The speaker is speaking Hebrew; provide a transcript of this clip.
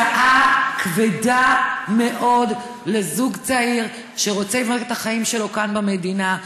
זו הוצאה כבדה מאוד לזוג צעיר שרוצה לבנות את החיים שלו כאן במדינה.